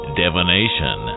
divination